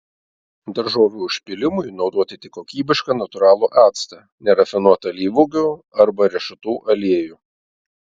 daržovių užpylimui naudoti tik kokybišką natūralų actą nerafinuotą alyvuogių arba riešutų aliejų